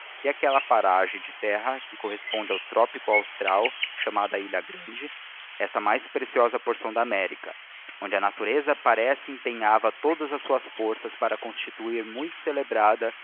e aquella paragem de terra que corresponde ao trópico austral chamada a ilha grande esta mais preciosa porção da america onde a natureza parece empenhava todas as suas forças para a constituir mui celebrada